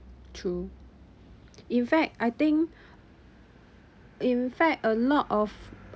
true in fact I think in fact a lot of